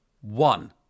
One